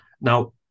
now